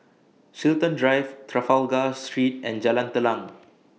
Chiltern Drive Trafalgar Street and Jalan Telang